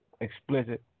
explicit